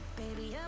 baby